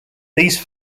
these